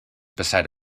beside